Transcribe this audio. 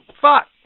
fuck